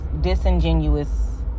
disingenuous